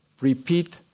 repeat